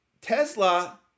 Tesla